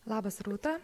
labas rūta